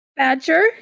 Badger